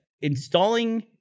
installing